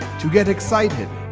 to get excited.